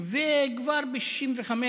וכבר ב-1965